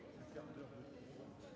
Merci